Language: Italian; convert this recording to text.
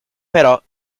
però